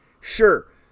Sure